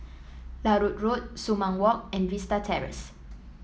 Larut Road Sumang Walk and Vista Terrace